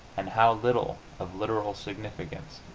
and how little of literal significance.